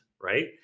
right